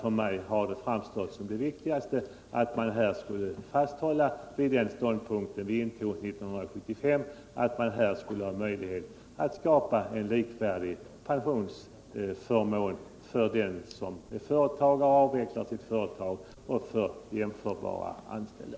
För mig har det framstått som viktigast att hålla fast vid den ståndpunkt vi intog 1975, nämligen att det skulle finnas möjligheter att skapa likvärdiga pensionsförmåner för den som är företagare och avvecklar sitt företag och för jämförbara anställda.